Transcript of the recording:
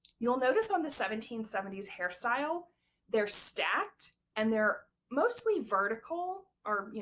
you'll notice on the seventeen seventy s hairstyle they're stacked and they're mostly vertical, or, you